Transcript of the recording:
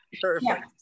perfect